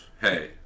Hey